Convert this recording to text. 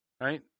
right